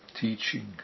teaching